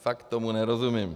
Fakt tomu nerozumím.